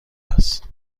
است